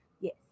Yes